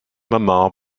mama